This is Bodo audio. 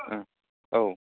औ